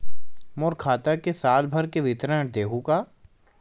मोर खाता के साल भर के विवरण देहू का?